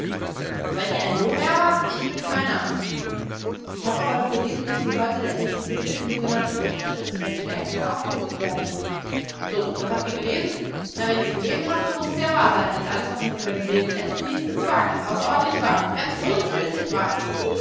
seid ihr ein lohgerber ich bin keiner ich habe aber doch gelesen daß die häute der erlegten büffel in sogenannten caches versteckt und aufgehoben werden so das habt ihr gelesen na wenn ihr es gelesen habt so muß es ja wahr sein denn alles was man über den wilden westen liest ist wahr ganz außerordentlich wahr ganz unumstößlich wahr